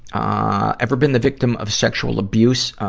ah ever been the victim of sexual abuse?